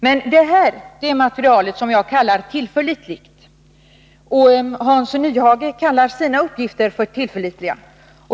Det gäller här det material som jag kallar tillförlitligt, och Hans Nyhage kallar sina uppgifter för tillförlitliga.